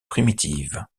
primitive